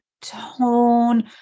tone